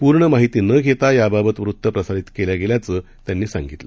पूर्ण माहिती न घेता याबाबत वृत्त प्रसारीत केल्या गेल्याचं त्यांनी सांगितलं